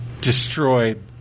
destroyed